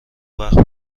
وقت